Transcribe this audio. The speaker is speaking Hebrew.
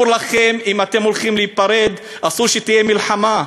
אם אתם הולכים להיפרד, אסור שתהיה מלחמה.